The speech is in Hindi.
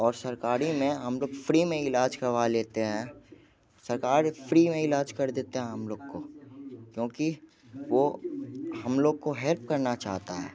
और सरकारी में हम लोग फ्री में इलाज करवा लेते हैं सरकार फ्री में इलाज कर देता हम लोग को क्योंकि वो हम लोग को हेल्प करना चाहता है